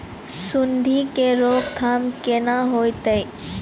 सुंडी के रोकथाम केना होतै?